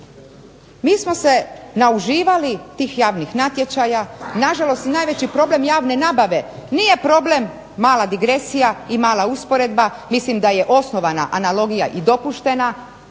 mi smo se nauživali tih javnih natječaja i nažalost najveći problem javne nabave nije problem mala digresija i mala usporedba, mislim da je osnovana analogija i dopuštena,